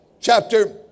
Chapter